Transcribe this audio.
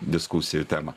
diskusijų tema